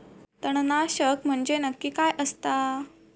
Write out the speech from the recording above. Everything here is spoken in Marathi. तणनाशक म्हंजे नक्की काय असता?